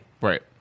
Right